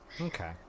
Okay